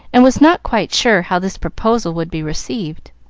and was not quite sure how this proposal would be received.